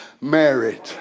married